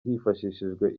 hifashishijwe